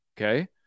Okay